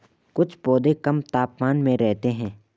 कुछ पौधे कम तापमान में रहते हैं